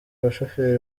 abashoferi